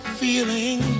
feeling